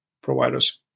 providers